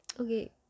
okay